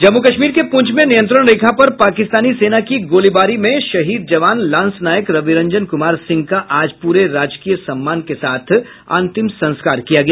जम्मू कश्मीर के प्रंछ में नियंत्रण रेखा पर पाकिस्तानी सेना की गोलीबारी में शहीद जवान लांसनायक रविरंजन कुमार सिंह का आज पूरे राजकीय सम्मान के साथ अंतिम संस्कार किया गया